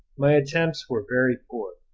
my attempts were very poor.